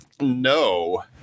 no